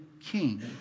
king